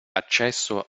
accesso